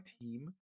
team